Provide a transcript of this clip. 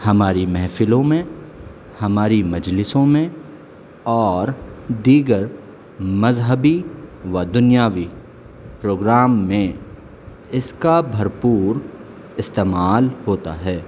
ہماری محفلوں میں ہماری مجلسوں میں اور دیگر مذہبی و دنیاوی پروگرام میں اس کا بھرپور استعمال ہوتا ہے